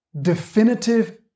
definitive